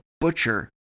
butcher